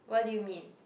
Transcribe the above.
what do you mean